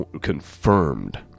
confirmed